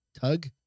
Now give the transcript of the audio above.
Tug